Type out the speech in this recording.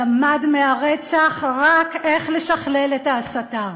למד מהרצח רק איך לשכלל את ההסתה.